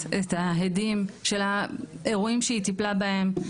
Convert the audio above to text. את ההדים של האירועים שהיא טיפלה בהם.